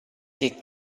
che